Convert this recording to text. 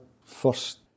first